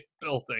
building